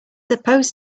supposed